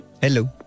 Hello